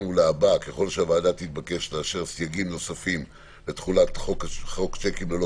ולהבא ככל שהוועדה תתבקש לאשר סייגים נוספים לתחולת חוק שיקים ללא